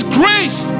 grace